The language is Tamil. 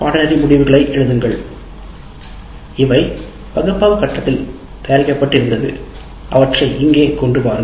பாடநெறி முடிவுகளை எழுதுங்கள் இவை பகுப்பாய்வு கட்டத்தில் தயாரிக்கப்பட்டு இருந்தனர் அவற்றை இங்கே கொண்டு வாருங்கள்